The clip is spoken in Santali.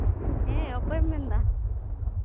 ᱦᱮᱸ ᱚᱠᱚᱭᱮᱢ ᱢᱮᱱᱫᱟ